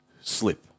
slip